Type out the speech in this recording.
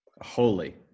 Holy